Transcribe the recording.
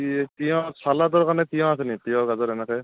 তি তিয়ঁহ চালাডৰ কাৰণে তিয়ঁহ আছে নেকি তিয়ঁহ গাজৰ এনেকৈ